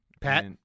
Pat